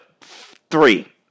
three